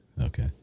Okay